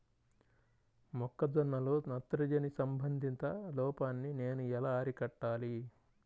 మొక్క జొన్నలో నత్రజని సంబంధిత లోపాన్ని నేను ఎలా అరికట్టాలి?